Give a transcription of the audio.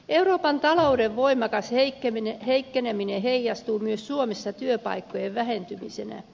euroopan talouden voimakas heikkeneminen heijastuu myös suomeen työpaikkojen vähentymisenä